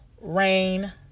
rain